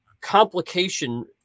complication